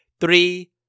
Three